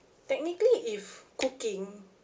technically if cooking